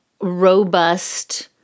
robust